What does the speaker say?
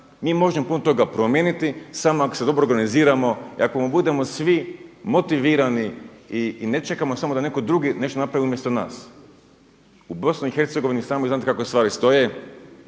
mi možemo puno toga promijeniti samo ako se dobro organiziramo i ako budemo svi motivirani i ne čekamo samo da neko drugi nešto napravi umjesto nas. U BiH i sami znate kako stvari stoje,